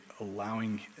allowing